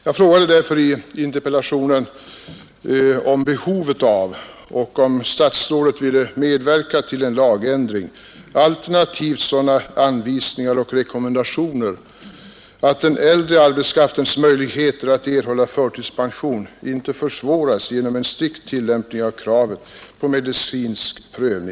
Jag frågade därför i interpellationen om behovet av ett klarläggande och om statsrådet ville medverka till en lagändring, alternativt sådana anvisningar och rekommendationer, att den äldre arbetskraftens möjligheter att erhålla förtidspension inte försvåras genom en strikt tillämpning av kravet på medicinsk prövning.